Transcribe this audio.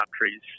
countries